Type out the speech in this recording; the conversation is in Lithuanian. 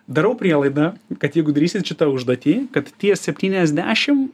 darau prielaidą kad jeigu darysit šitą užduotį kad tie septyniasdešim